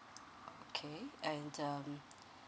okay and um